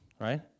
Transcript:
right